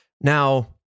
Now